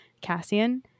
Cassian